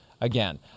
again